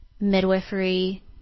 midwifery